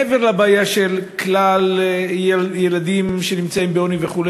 מעבר לבעיה של כלל הילדים שנמצאים בעוני וכו',